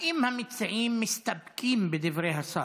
האם המציעים מסתפקים בדברי השר?